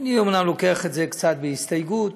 שאני אומנם לוקח קצת בהסתייגות,